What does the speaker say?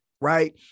right